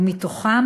ובתוכם